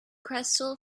crystal